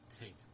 take